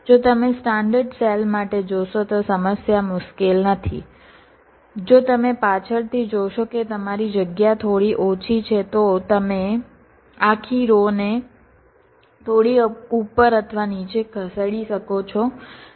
જો તમે standard cell માટે જોશો તો સમસ્યા મુશ્કેલ નથી જો તમે પાછળથી જોશો કે તમારી જગ્યા થોડી ઓછી છે તો તમે આખી રો ને થોડી ઉપર અથવા નીચે ખસેડી શકો છો